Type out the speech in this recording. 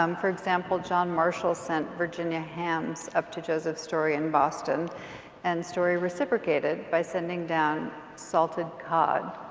um for example, john marshall sent virginia hams up to joseph story in boston and story reciprocated by sending down salted cod,